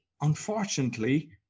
unfortunately